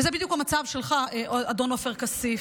וזה בדיוק המצב שלך, אדון עופר כסיף.